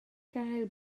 gael